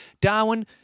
Darwin